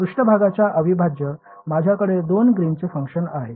पृष्ठभागाच्या अविभाज्यात माझ्याकडे दोन ग्रीनचे फंक्शन आहे